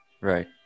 Right